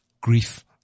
grief